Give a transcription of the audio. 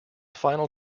final